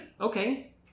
Okay